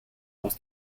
aus